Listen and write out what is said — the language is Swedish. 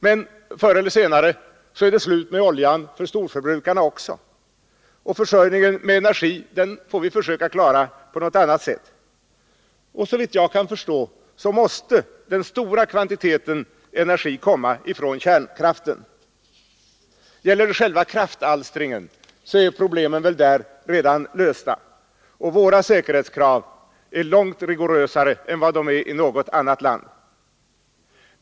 Men förr eller senare är det slut med oljan för storförbrukarna också, och försörjningen med energi får vi försöka klara på annat sätt. Såvitt jag kan förstå måste den stora kvantiteten energi komma från kärnkraften. Gäller det själva kraftalstringen är väl problemen där redan lösta, och våra säkerhetskrav är långt rigorösare än de är i något annat land.